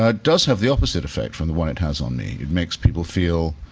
ah does have the opposite effect from the one it has on me. it makes people feel,